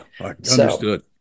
understood